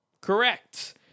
correct